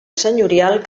senyorial